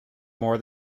more